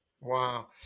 Wow